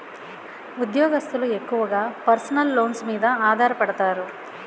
ఉద్యోగస్తులు ఎక్కువగా personal loans మీద ఆధారపడతారు